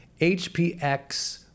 HPX